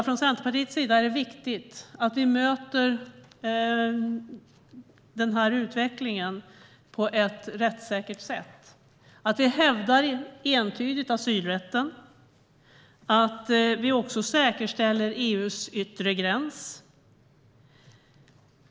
Från Centerpartiets sida är det viktigt att vi möter den utvecklingen på ett rättssäkert sätt, att vi entydigt hävdar asylrätten, att vi också säkerställer EU:s yttre gräns.